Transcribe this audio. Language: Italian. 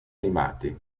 animati